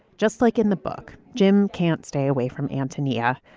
just like in the book, jim can't stay away from antonia.